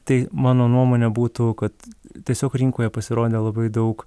tai mano nuomone būtų kad tiesiog rinkoje pasirodė labai daug